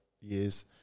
years